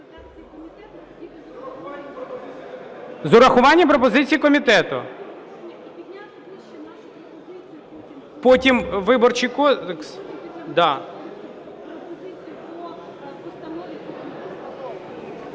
З урахуванням пропозицій комітету.